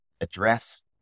address